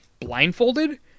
blindfolded